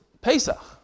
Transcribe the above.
Pesach